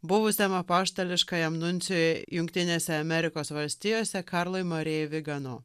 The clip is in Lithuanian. buvusiam apaštališkajam nuncijui jungtinėse amerikos valstijose karlui marijai vigano